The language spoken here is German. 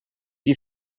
die